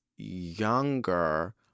Younger